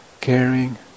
caring